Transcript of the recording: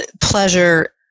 pleasure